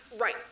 Right